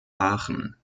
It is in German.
aachen